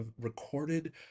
recorded